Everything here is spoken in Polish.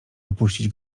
wypuścić